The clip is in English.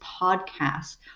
podcast